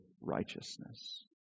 righteousness